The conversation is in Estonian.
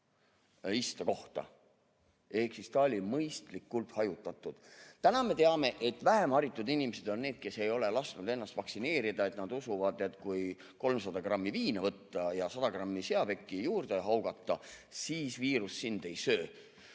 istekohta, ehk siis oli mõistlik hajutatus. Täna me teame, et vähem haritud inimesed on need, kes ei ole lasknud ennast vaktsineerida. Nad usuvad, et kui 300 grammi viina võtta ja 100 grammi seapekki juurde haugata, siis viirus sind ei söö.